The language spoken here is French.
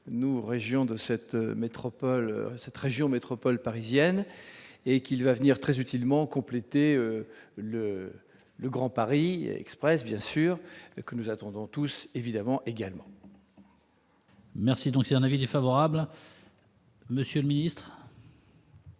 nous régions de cette métropole cette région métropole parisienne et qu'il va venir très utilement compléter le le Grand Paris Express bien sûr que nous attendons tous évidemment également. Merci donc c'est un avis défavorable. Monsieur le ministre.